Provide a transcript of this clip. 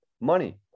money